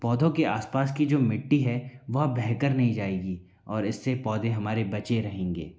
पौधों के आसपास की जो मिट्टी है वह बह कर नहीं जाएगी और इससे पौधे हमारे बचे रहेंगे